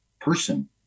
person